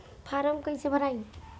Form कईसे भराई?